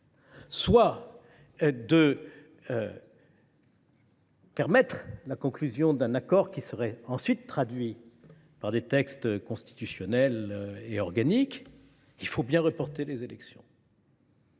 soit de permettre la conclusion d’un accord qui serait ensuite traduit par des textes constitutionnel et organique, il est nécessaire de reporter les élections.